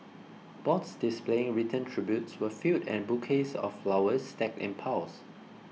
boards displaying written tributes were filled and bouquets of flowers stacked in piles